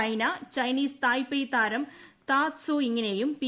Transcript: Saina Chinese Taipei താരം താ ത്സൂയിങിനെയും പി